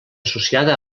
associada